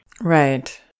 Right